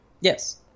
Yes